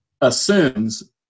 assumes